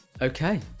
Okay